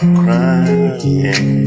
crying